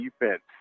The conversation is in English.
defense